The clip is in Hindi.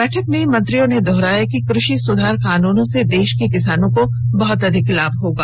बैठक में मंत्रियों ने दोहराया कि कृषि सुधार कानूनों से देश के किसानों को बहुत अधिक लाभ होगा